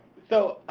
so,